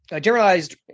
generalized